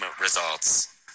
results